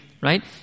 Right